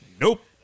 nope